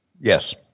Yes